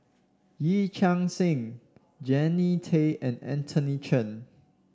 Yee Chia Hsing Jannie Tay and Anthony Chen